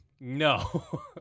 no